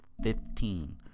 Fifteen